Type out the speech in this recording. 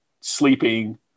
sleeping